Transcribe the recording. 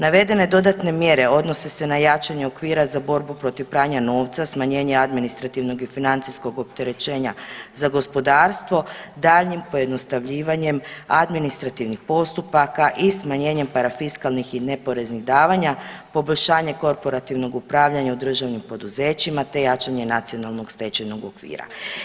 Navedene dodatne mjere odnose se na jačanje okvira za borbu protiv pranja novca, smanjenje administrativnog i financijskog opterećenja za gospodarstvo daljnjim pojednostavljivanjem administrativnih postupaka i smanjenjem parafiskalnih i neporeznih davanja, poboljšanje korporativnog upravljanja u državnim poduzećima te jačanje nacionalnog stečajnog okvira.